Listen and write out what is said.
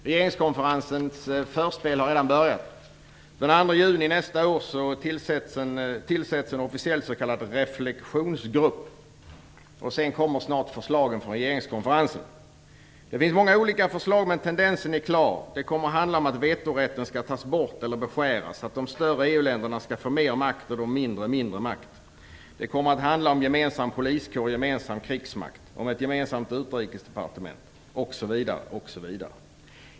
Regeringskonferensens föreställning har redan börjat. Den 2 juni nästa år tillsätts en officiell s.k. reflexionsgrupp. Sedan kommer snart förslagen från regeringskonferensen. Det finns många olika förslag. Men tendensen är klar. Det kommer att handla om att vetorätten skall tas bort eller beskäras, att de större EU-länderna skall få mer makt och att de mindre skall få mindre makt. Det kommer att handla om gemensam poliskår, gemensam krigsmakt, ett gemensamt utrikesdepartement, osv.